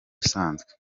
usanzwe